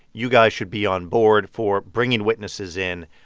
you guys should be onboard for bringing witnesses in,